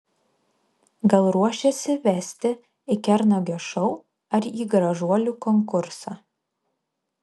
gal ruošiasi vesti į kernagio šou ar į gražuolių konkursą